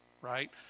right